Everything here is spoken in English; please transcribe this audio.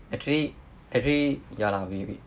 actually actually ya lah we we